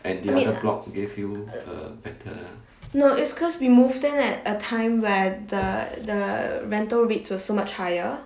I mean no it's because we moved at a time where the the rental rates were so much higher